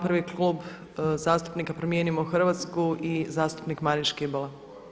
Prvi je Klub zastupnika Promijenimo Hrvatsku i zastupnik Marin Škibola.